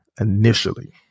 initially